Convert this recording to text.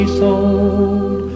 sold